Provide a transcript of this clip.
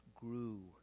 grew